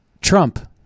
Trump